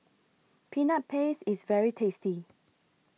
Peanut Paste IS very tasty